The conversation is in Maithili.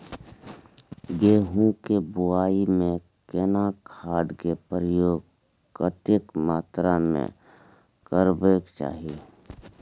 गेहूं के बुआई में केना खाद के प्रयोग कतेक मात्रा में करबैक चाही?